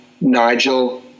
Nigel